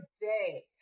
day